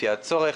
לפי הצורך,